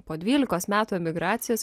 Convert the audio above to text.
po dvylikos metų emigracijos